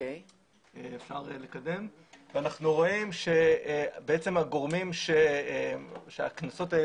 אנחנו רואים שהגורמים שהקנסות האלה